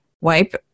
wipe